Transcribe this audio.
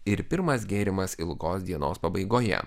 ir pirmas gėrimas ilgos dienos pabaigoje